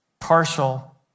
partial